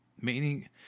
meaning